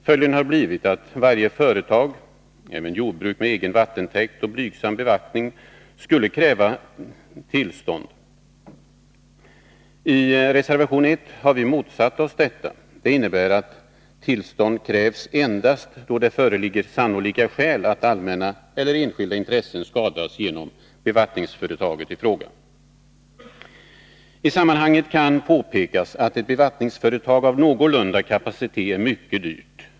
Följden har blivit att varje företag — även jordbruk med egen vattentäkt och blygsam bevattning — skulle kräva tillstånd. I reservation 1 har vi motsatt oss detta. Reservationen innebär att tillstånd skall krävas endast då det föreligger sannolika skäl att allmänna eller enskilda intressen skadas genom bevattningsföretaget i fråga. I sammanhanget kan påpekas att ett bevattningsföretag av någorlunda kapacitet är mycket dyrt.